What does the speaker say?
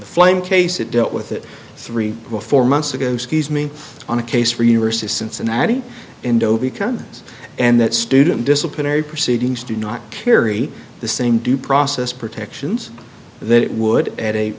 the flame case it dealt with it three or four months ago ski's me on a case for university of cincinnati and o b comes and that student disciplinary proceedings do not carry the same due process protections that it would at a